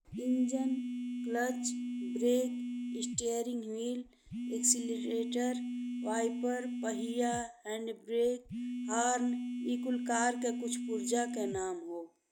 Engine, clutch, brake, steering wheel, accelerator, wiper, पहिया, handbrake, horn इ कुल कार के कुछ पुर्जा के नाम हो।